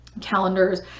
calendars